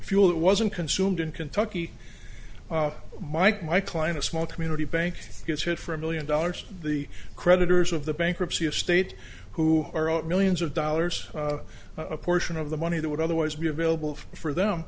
fuel it wasn't consumed in kentucky mike mike kline a small community bank gets hit for a million dollars the creditors of the bankruptcy of state who are out millions of dollars a portion of the money that would otherwise be available for them